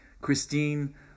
Christine